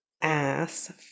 ass